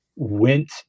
went